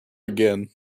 again